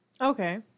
Okay